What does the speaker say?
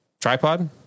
Tripod